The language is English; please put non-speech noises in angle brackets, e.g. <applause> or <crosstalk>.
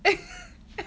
<laughs>